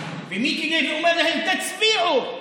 ומיקי לוי אומר להם: תצביעו,